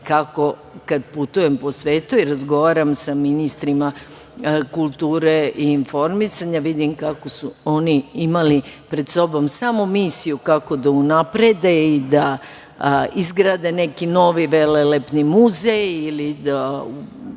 dok putujem po svetu i razgovaram sa ministrima kulture i informisanja vidim kako su oni imali pred sobom samo misiju kako da unaprede i da izgrade neki novi velelepni muzej i da